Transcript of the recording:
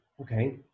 Okay